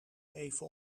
even